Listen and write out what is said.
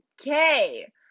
okay